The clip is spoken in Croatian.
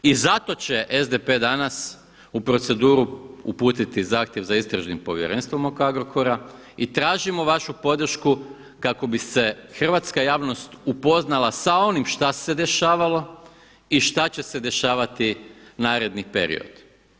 I zato će SDP danas u proceduru uputiti zahtjev za Istražnim povjerenstvom oko Agrokora i tražimo vašu podršku kako bi se hrvatska javnost upoznala sa onim šta se dešavalo i šta će se dešavati naredni period.